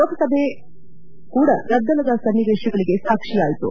ಲೋಕಸಭೆ ಕೂಡ ಗದ್ದಲದ ಸನ್ನಿವೇಶಗಳಿಗೆ ಸಾಕ್ಷಿಯಾಯಿತು